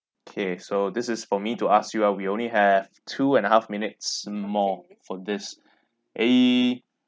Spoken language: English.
okay so this is for me to ask you ah we only have two and a half minutes more for this eh